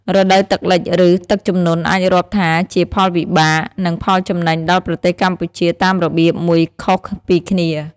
រដូវទឹកលិច ឬ ទឹកជំនន់អាចរាប់ថាជាផលវិបាក និងផលចំណេញដល់ប្រទេសកម្ពុជាតាមរបៀបមួយខុសពីគ្នា។